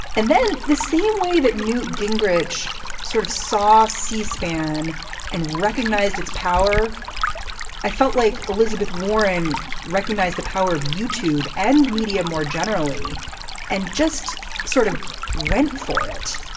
and then the same way that newt gingrich sort of saw c-span and recognized its power i felt like elizabeth warren recognized the power of youtube youtube and media more generally and just sort of went for it.